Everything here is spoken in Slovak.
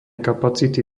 kapacity